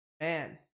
man